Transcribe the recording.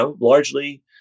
largely